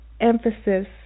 emphasis